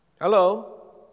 Hello